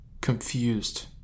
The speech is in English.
confused